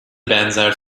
benzer